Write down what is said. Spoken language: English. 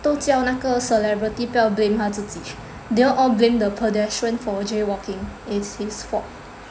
都叫那个 celebrity 不要 blame 他自己 they all all blame the pedestrian for jaywalking is his fault